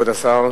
כבוד השר,